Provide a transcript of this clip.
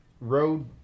road